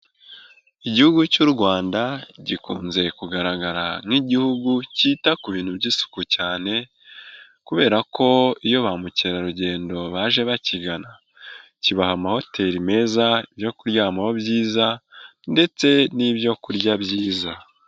Igihugu cy'u Rwanda gikunze kugaragara nk'Igihugu cyita ku bintu by'isuku cyane, kubera ko iyo ba mukerarugendo baje bakigana kibaha amahoteli meza yo kuryamaho ndetse n'ibyokurya byiza.